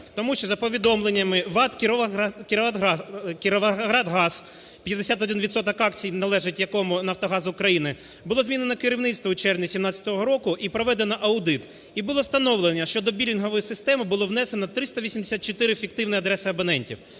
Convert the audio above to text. Тому що за повідомленнями ВАТ "Кіровоградгаз", 51 відсоток акцій належить якого "Нафтогаз України", було змінено керівництво у червні 2017 року і проведено аудит. І було встановлено, що до білінгової системи було внесено 384 фіктивної адреси абонентів.